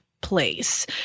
place